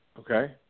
Okay